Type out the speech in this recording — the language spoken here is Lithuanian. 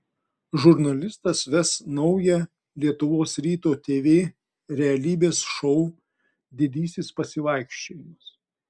žurnalistas ves naują lietuvos ryto tv realybės šou didysis pasivaikščiojimas